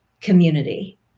community